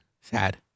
Sad